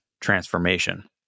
transformation